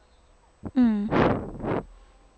mm